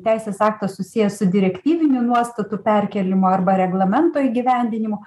teisės aktas susijęs su direktyvinių nuostatų perkėlimo arba reglamento įgyvendinimu